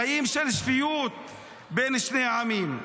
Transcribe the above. חיים של שפיות בין שני העמים.